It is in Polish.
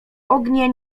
ognie